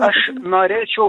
aš norėčiau